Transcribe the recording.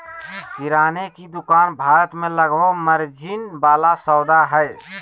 किराने की दुकान भारत में लाभ मार्जिन वाला सौदा हइ